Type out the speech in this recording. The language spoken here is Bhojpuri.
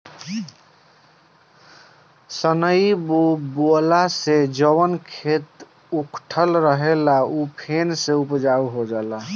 सनई बोअला से जवन खेत उकठल रहेला उ फेन से उपजाऊ हो जाला